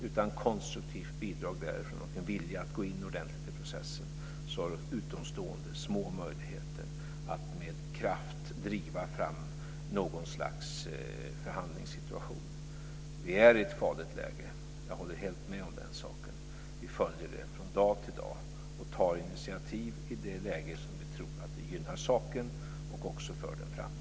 Utan konstruktivt bidrag därifrån och en vilja att gå in ordentlig i processen, har utomstående små möjligheter att med kraft driva fram något slags förhandlingssituation. Vi är i ett farligt läge. Vi följer det från dag till dag, och vi tar initiativ i det läge vi tror att det gynnar saken och för den framåt.